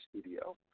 studio